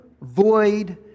void